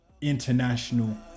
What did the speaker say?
International